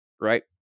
right